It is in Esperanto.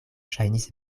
ŝajnis